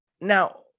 now